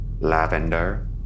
lavender